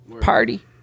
Party